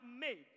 made